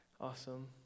Awesome